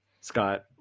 Scott